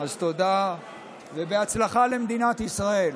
אז תודה ובהצלחה למדינת ישראל.